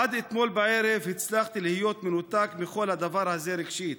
עד אתמול בערב הצלחתי להיות מנותק מכל הדבר הזה רגשית,